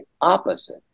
opposite